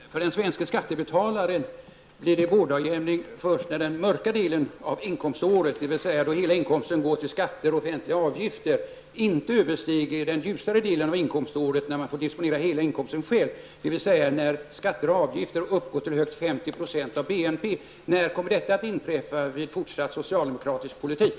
Herr talman! I dag är det vårdagjämning. För den svenske skattebetalaren blir det vårdagjämning först när den mörka delen av inkomståret, dvs. då hela inkomsten går till skatter och offentliga avgifter, inte överstiger den ljusare delen av inkomståret, när man får disponera hela inkomsten själv -- dvs. när skatter och avgifter uppgår till högst till 50 % av BNP. När kommer detta att inträffa vid fortsatt socialdemokratisk politik?